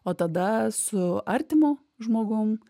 o tada su artimu žmogum